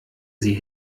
sie